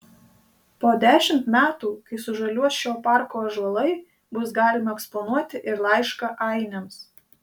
po dešimt metų kai sužaliuos šio parko ąžuolai bus galima eksponuoti ir laišką ainiams